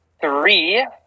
three